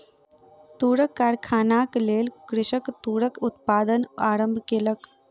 तूरक कारखानाक लेल कृषक तूरक उत्पादन आरम्भ केलक